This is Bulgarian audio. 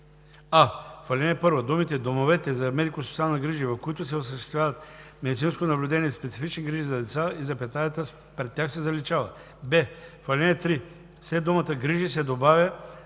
в ал. 1 думите „домовете за медико-социални грижи, в които се осъществяват медицинско наблюдение и специфични грижи за деца“ и запетаята пред тях се заличават; б) в ал. 3 след думата „грижи“ се добавя